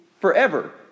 forever